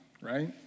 right